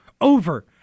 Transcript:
over